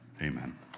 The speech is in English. Amen